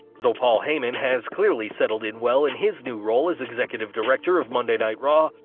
though paul heyman has clearly settled in well in his new role as executive director of monday night raw,